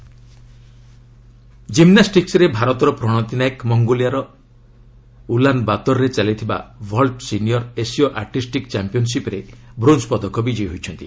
gymnastics ଜିମ୍ନାଷ୍ଟିକସ୍ରେ ଭାରତର ପ୍ରଣତୀ ନାୟକ ମଙ୍ଗୋଲିଆର ଉଲାନବାତର ରେ ଚାଲିଥିବା ଭଲ୍ଚ ସିନିୟର୍ ଏସୀୟ ଆର୍ଟିଷ୍ଟିକ୍ ଚାମ୍ପିୟନ୍ସିପ୍ରେ ବ୍ରୋଞ୍ଜ ପଦକ ବିଜୟୀ ହୋଇଛନ୍ତି